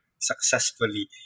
successfully